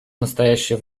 настоящее